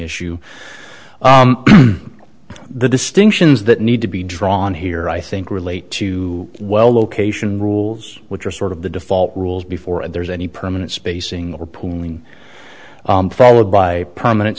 issue the distinctions that need to be drawn here i think relate to well location rules which are sort of the default rules before there's any permanent spacing or pulling forward by permanent